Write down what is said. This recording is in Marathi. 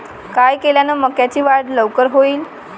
काय केल्यान मक्याची वाढ लवकर होईन?